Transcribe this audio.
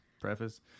preface